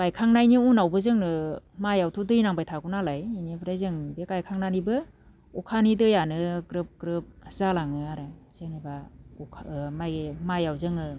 गायखांनायनि उनावबो जोङो माइआवथ' दै नांबाय थागौनालाय इनिफ्राय जों बे गायखांनानैबो अखानि दैयानो ग्रोब ग्रोब जालाङो आरो जेनोबा अखा ओ माइ माइयाव जोङो